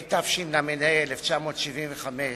התשל"ה 1975,